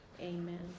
Amen